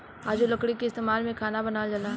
आजो लकड़ी के इस्तमाल से खाना बनावल जाला